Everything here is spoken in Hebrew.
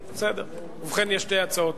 ובכן, יש שתי הצעות.